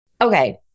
Okay